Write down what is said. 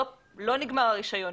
לא נגמר הרישיון.